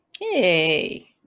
Hey